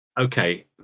Okay